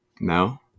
No